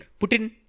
Putin